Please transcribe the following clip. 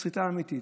סחיטה אמיתית.